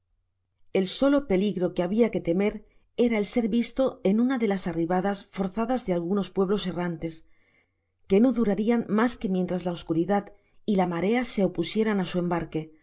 el solo peligro que habia que temer era el ser visto en una de las arribadas forzadas de algunos pueblos errantes que no durarian mas que mientras la oscuridad y la marea se opusieran á su embarque